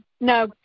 No